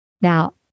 Now